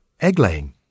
egg-laying